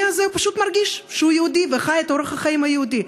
הזה פשוט מרגיש שהוא יהודי וחי את אורח החיים היהודי.